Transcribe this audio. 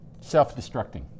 self-destructing